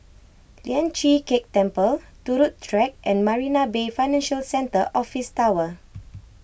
Lian Chee Kek Temple Turut Track and Marina Bay Financial Centre Office Tower